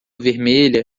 vermelha